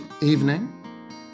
evening